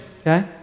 okay